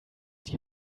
die